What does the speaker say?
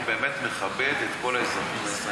אני באמת מכבד את כל האזרחים הישראלים.